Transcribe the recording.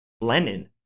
Lenin